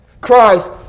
Christ